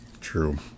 True